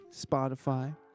Spotify